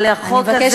אבל החוק הזה,